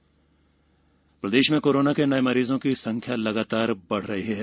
प्रदेश corona प्रदेश में corona के नये मरीजों की संख्या लगातार बढ़ रही है